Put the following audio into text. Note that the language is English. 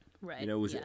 Right